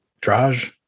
Draj